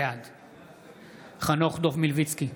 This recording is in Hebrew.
בעד חנוך דב מלביצקי,